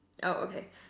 oh okay